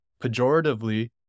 pejoratively